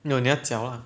no 你要搅 lah